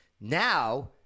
now